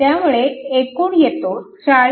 त्यामुळे एकूण येतो 40